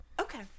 Okay